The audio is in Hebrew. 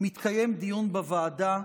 מתקיים דיון בוועדה,